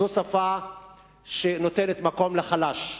זו שפה שנותנת מקום לחלש,